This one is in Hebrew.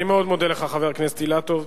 אני מאוד מודה לך, חבר הכנסת אילטוב.